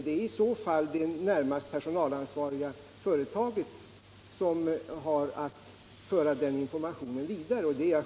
Det är närmast det personalansvariga företaget som har att föra vår information vidare.